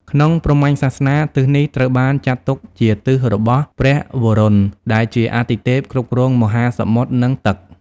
ក្នុងព្រហ្មញ្ញសាសនា ទិសនេះត្រូវបានចាត់ទុកជាទិសរបស់ ព្រះវរុណ ដែលជាអាទិទេពគ្រប់គ្រងមហាសមុទ្រនិងទឹក។